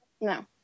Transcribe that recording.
No